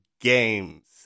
games